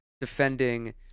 defending